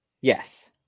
Yes